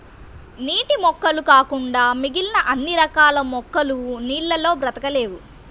నీటి మొక్కలు కాకుండా మిగిలిన అన్ని రకాల మొక్కలు నీళ్ళల్లో బ్రతకలేవు